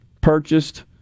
purchased